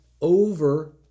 over